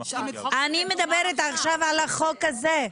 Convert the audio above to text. אם החוק יעבור --- אני מדברת עכשיו על החוק הזה,